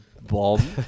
bomb